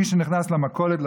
מי שנכנס למכולת,